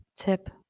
Tip